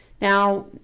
now